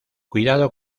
cuidado